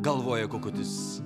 galvoja kukutis